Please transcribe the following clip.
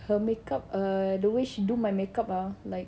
her makeup err the way she do my makeup ah like